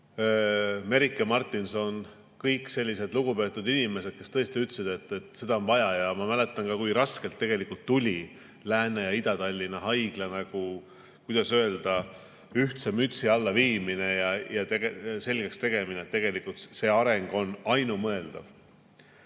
Merike Martinson ja kõik sellised lugupeetud inimesed, kes ütlesid, et tõesti seda on vaja. Ma mäletan ka, kui raskelt tuli Lääne- ja Ida-Tallinna haigla, kuidas öelda, ühtse mütsi alla viimine ja selle selgeks tegemine, et tegelikult see areng on ainumõeldav.